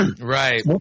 Right